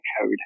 code